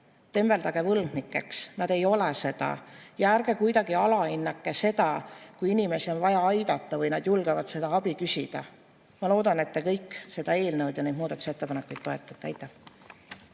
tembeldage võlgnikeks, nad ei ole seda. Ja ärge kuidagi [halvustage] seda, kui inimesi on vaja aidata või nad julgevad seda abi küsida. Ma loodan, et te kõik seda eelnõu ja neid muudatusettepanekuid toetate. Aitäh!